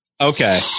Okay